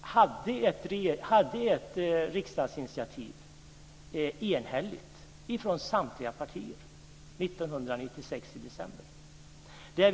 hade ett enhälligt riksdagsinitiativ från samtliga partier i december 1996.